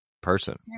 Person